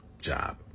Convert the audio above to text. job